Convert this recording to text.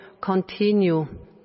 continue